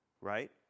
right